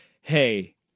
hey